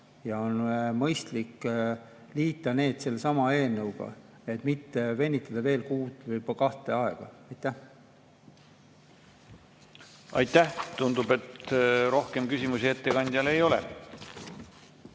On mõistlik liita need sellesama eelnõuga, et mitte venitada veel kuu või kaks. Aitäh! Tundub, et rohkem küsimusi ettekandjale ei ole.